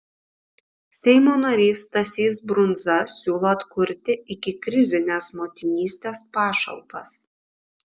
seimo narys stasys brundza siūlo atkurti ikikrizines motinystės pašalpas